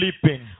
sleeping